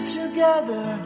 together